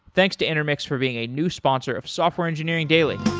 thanks to intermix for being a new sponsor of software engineering daily.